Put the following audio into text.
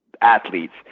athletes